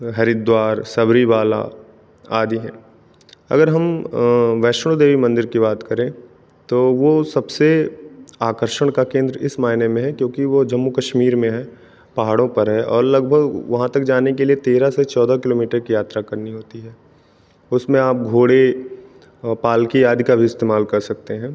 हरिद्वार सबरिमलय आदि है अगर हम वैष्णो देवी मंदिर की बात करें तो वो सबसे आकर्षण का केंद्र इस मायने में है क्योंकि वो जम्मू कश्मीर में है पहाड़ों पर है और लगभग वहाँ तक जाने के लिए तेरह से चौदह किलो मीटर की यात्रा करनी होती है उसमें आप घोड़े और पालकी आदि का भी इस्तेमाल कर सकते हैं